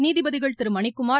நீதிபதிகள் திரு மணிக்குமார்